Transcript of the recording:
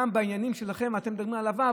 גם בעניינים שלכם: אתם מדברים על העלבה,